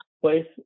place